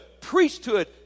priesthood